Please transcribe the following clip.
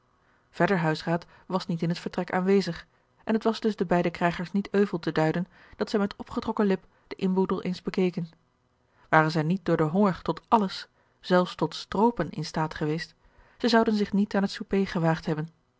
verder huisraad was niet in het vertrek aanwezig en het was dus den beiden krijgers niet euvel te duiden dat zij met opgetrokken lip den inboedel eens bekeken waren zij niet door den honger tot alles zelfs tot stroopen in staat geweest zij zouden zich niet aan het souper gegeorge een ongeluksvogel waagd hebben